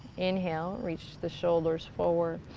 inhale, reach the shoulders forward,